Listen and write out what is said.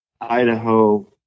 Idaho